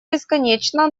бесконечно